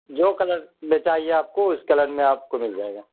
جو کلر میں چاہیے آپ کو اس کلر میں آپ کو مل جائے گا